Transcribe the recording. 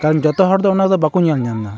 ᱠᱟᱨᱚᱱ ᱡᱚᱛᱚ ᱦᱚᱲᱫᱚ ᱚᱱᱟᱫᱚ ᱵᱟᱠᱚ ᱧᱮᱞ ᱧᱟᱢᱫᱟ